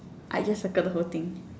I just circle the whole thing